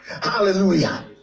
Hallelujah